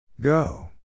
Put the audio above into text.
go